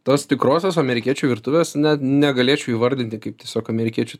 tos tikrosios amerikiečių virtuvės net negalėčiau įvardinti kaip tiesiog amerikiečių